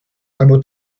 albo